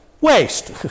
Waste